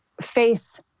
face